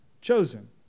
chosen